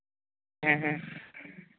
ᱦᱮᱸ ᱦᱮᱸ